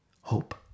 hope